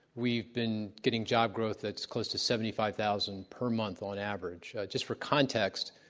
we've been getting job growth that's close to seventy five thousand per month on average. just for context,